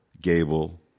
Gable